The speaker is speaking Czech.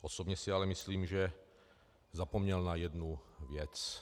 Osobně si ale myslím, že zapomněl na jednu věc.